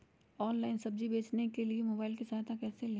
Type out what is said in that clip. Online सब्जी बेचने के लिए मोबाईल की सहायता कैसे ले?